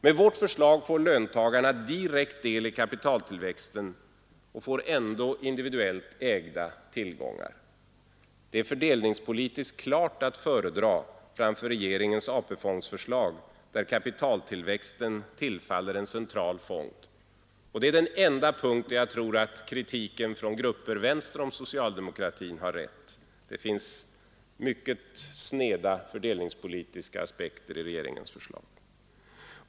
Med vårt förslag får löntagarna direkt del i kapitaltillväxten och har ändå individuellt ägda tillgångar. Det är fördelningspolitiskt klart att föredra framför regeringens AP-fondsförslag, där kapitaltillväxten tillfaller en central fond. Detta är den enda punkt där jag tror att kritiken från grupper till vänster om socialdemokratin har rätt — det finns mycket sneda fördelningspolitiska aspekter i regeringens förslag.